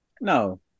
No